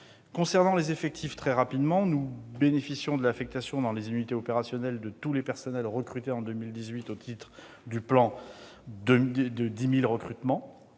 Concernant les effectifs, nous bénéficierons de l'affectation dans les unités opérationnelles de tous les personnels recrutés en 2018 au titre du plan de 10 000 recrutements